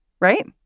right